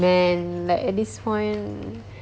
man like at this point